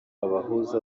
abahuza